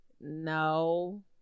no